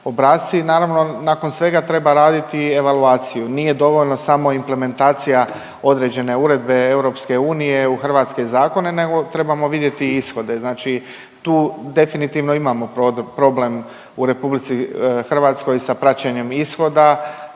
Naravno nakon svega treba raditi i evaluaciju, nije dovoljno samo implementacija određene uredbe EU u hrvatske zakone nego trebamo vidjeti i ishode, znači tu definitivno imamo problem u RH sa praćenjem ishoda,